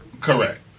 correct